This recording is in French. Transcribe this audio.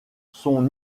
son